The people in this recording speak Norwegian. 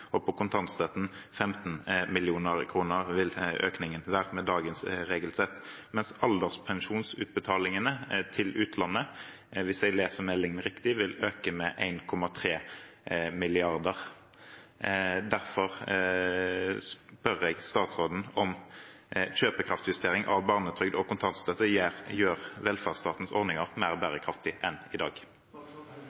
og for kontantstøtten vil økningen være 15 mill. kr med dagens regelsett, mens alderspensjonsutbetalingene til utlandet – hvis jeg leser meldingen riktig – vil øke med 1,3 mrd. kr. Derfor spør jeg statsråden om kjøpekraftsjustering av barnetrygd og kontantstøtte gjør velferdsstatens ordninger mer